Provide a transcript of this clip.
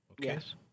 Yes